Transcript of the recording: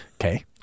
Okay